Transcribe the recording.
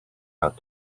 out